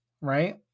right